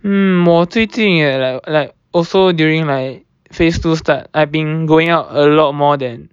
mm 我最近也 like like also during like phase two start I've been going out a lot more than